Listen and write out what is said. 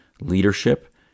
leadership